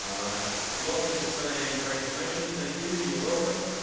um a lot of people saying great information. thank you. you're welcome.